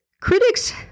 Critics